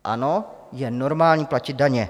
Ano, je normální platit daně.